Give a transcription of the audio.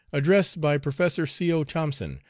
address by professor c. o. thompson,